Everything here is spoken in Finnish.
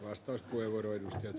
herra puhemies